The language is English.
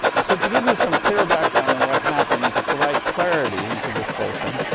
so, to give you some clear background on what happened and to provide clarity into this whole thing,